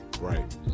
Right